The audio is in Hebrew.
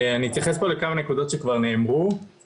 אתייחס פה לכמה נקודות שכבר נאמרו,